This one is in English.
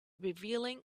revealing